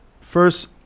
first